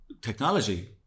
technology